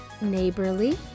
neighborly